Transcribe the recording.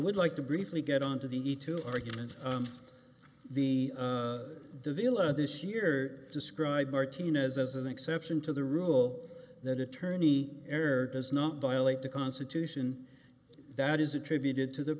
would like to briefly get on to the two argument the dealer this year described martinez as an exception to the rule that attorney earth does not violate the constitution that is attributed to the